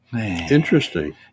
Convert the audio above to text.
Interesting